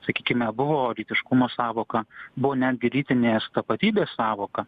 sakykime buvo lytiškumo sąvoka buvo netgi lytinės tapatybės sąvoka